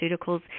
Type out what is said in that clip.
Pharmaceuticals